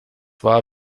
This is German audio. war